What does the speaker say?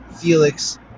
Felix